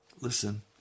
listen